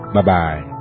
Bye-bye